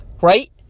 right